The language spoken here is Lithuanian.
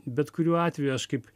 bet kuriuo atveju aš kaip